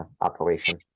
operation